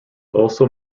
also